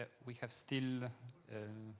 we have still